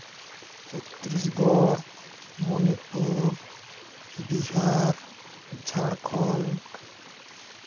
Chhattisgarh Manipur Bihar Jharkhand